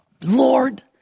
Lord